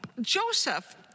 Joseph